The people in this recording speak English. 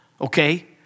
okay